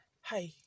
hi